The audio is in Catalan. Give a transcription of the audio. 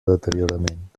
deteriorament